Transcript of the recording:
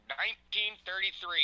1933